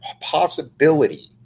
possibility